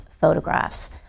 photographs